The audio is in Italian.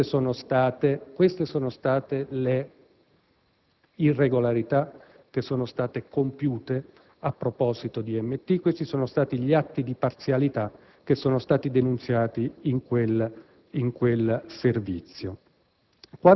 Queste sono state le irregolarità che sono state compiute a proposito di IMT; questi sono stati gli atti di parzialità che sono stati denunziati in quel servizio!